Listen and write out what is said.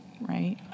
right